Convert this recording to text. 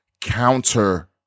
counter